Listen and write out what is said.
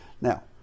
Now